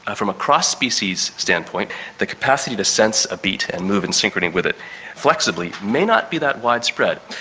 ah from a cross-species standpoint the capacity to sense a beat and move in synchrony with it flexibly may not be that widespread.